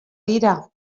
dira